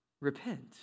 Repent